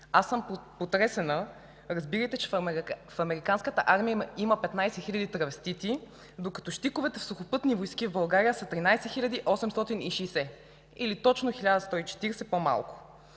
Аз съм потресена, разбирайки, че в американската армия има 15 хиляди травестити, докато щиковете в Сухопътни войски в България са 13 860 или точно 1140 по-малко.